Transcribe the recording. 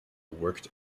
working